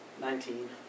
Nineteen